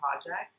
project